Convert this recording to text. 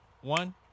one